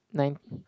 nine